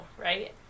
right